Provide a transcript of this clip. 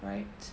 right